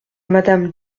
madame